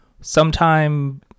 sometime